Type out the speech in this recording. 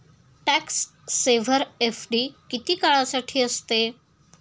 Tax saver FD किती काळासाठी असते?